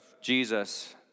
Jesus